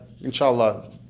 inshallah